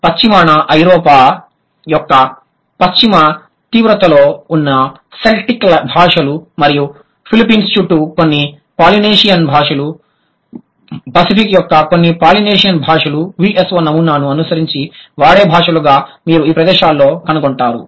పశ్చిమాన ఐరోపా యొక్క పశ్చిమ తీవ్రతలో ఉన్న సెల్టిక్ భాషలు మరియు ఫిలిప్పీన్స్ చుట్టూ కొన్ని పాలినేషియన్ భాషలు పసిఫిక్ యొక్క కొన్ని పాలినేషియన్ భాషలు VSO నమూనాను అనుసరించి వాడే భాషలుగా మీరు ఈ ప్రదేశాల్లో కనుగొంటారు